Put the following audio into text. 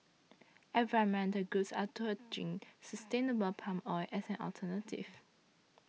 environmental groups are touting sustainable palm oil as an alternative